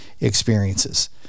experiences